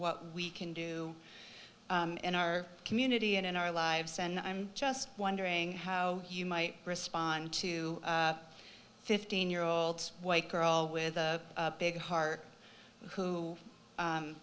what we can do in our community and in our lives and i'm just wondering how you might respond to a fifteen year old white girl with a big heart who